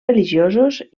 religiosos